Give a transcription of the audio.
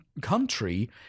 country